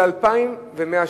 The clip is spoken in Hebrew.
של 2,100 שקל,